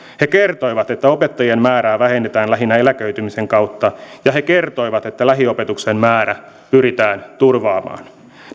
he kertoivat että opettajien määrää vähennetään lähinnä eläköitymisen kautta ja he kertoivat että lähiopetuksen määrä pyritään turvaamaan